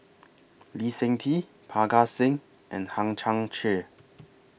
Lee Seng Tee Parga Singh and Hang Chang Chieh